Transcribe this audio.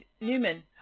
Newman